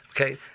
Okay